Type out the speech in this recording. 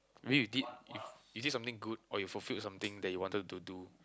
maybe you did if is it something good or you fulfilled something that you wanted to do